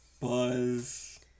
Buzz